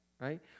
right